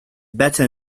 better